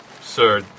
Sir